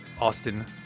Austin